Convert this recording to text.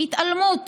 התעלמות